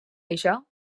això